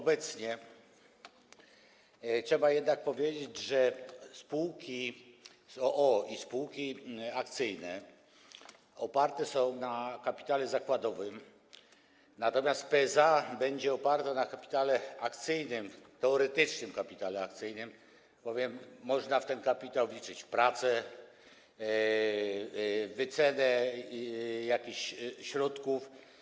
Obecnie trzeba jednak powiedzieć, że spółki z o.o. i spółki akcyjne oparte są na kapitale zakładowym, natomiast PSA będzie oparta na kapitale akcyjnym, teoretycznym kapitale akcyjnym, bowiem można w ten kapitał wliczyć pracę, wycenę jakichś środków.